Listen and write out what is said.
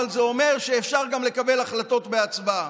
אבל זה אומר שאפשר גם לקבל החלטות בהצבעה.